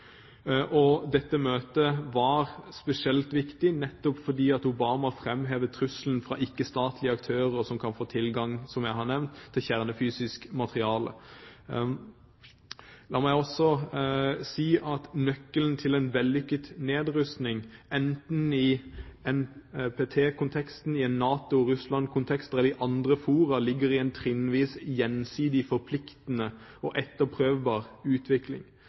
Dette møtet var spesielt viktig, nettopp fordi Obama framhevet trusselen fra ikke-statlige aktører som kan få tilgang – som jeg har nevnt – til kjernefysisk materiale. La meg også si at nøkkelen til en vellykket nedrustning, enten i NPT-konteksten, i en NATO–Russland-kontekst eller i andre fora, ligger i en trinnvis gjensidig forpliktende og etterprøvbar utvikling.